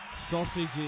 Sausages